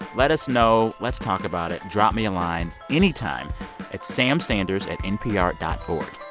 let us know. let's talk about it. drop me a line anytime at samsanders at npr dot o